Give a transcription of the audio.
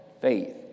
faith